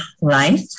life